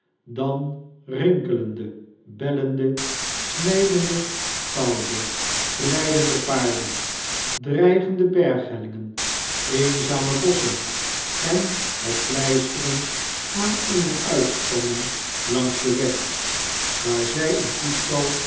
dan rinkelende bellende snijdende koude glydende paarden dreigende berghellingen eenzame bosschen en het pleisteren aan eene uitspanning langs den weg waar zij een koestal